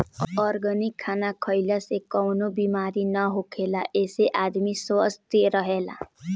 organic खाना खइला से कवनो बेमारी ना होखेला एसे आदमी स्वस्थ्य रहेला